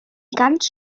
ganz